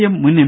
M മുൻ M